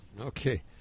Okay